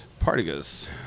Partigas